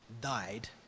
died